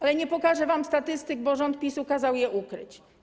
Ale nie pokażę wam statystyk, bo rząd PiS kazał je ukryć.